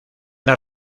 las